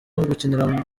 gukinira